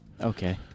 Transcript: Okay